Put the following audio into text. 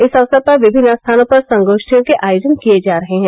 इस अक्सर पर विभिन्न स्थानों पर संगोष्टियों के आयोजन किये जा रहे हैं